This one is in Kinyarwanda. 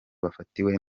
bafatiwe